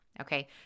okay